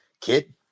kid